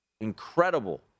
incredible